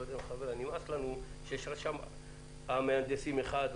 לא יודע אם אחרים נמאס לנו שיש רשם מהנדסים אחד,